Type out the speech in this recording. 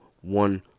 one